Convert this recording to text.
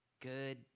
good